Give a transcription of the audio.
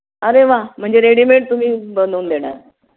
अरे वा म्हणजे रेडीमेड तुम्ही बनवून देणार